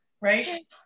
right